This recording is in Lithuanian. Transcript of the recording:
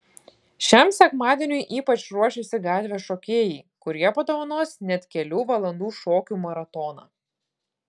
šiam sekmadieniui ypač ruošiasi gatvės šokėjai kurie padovanos net kelių valandų šokių maratoną